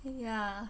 ya